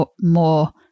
more